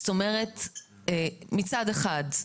מצד אחד,